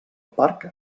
parc